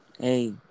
hey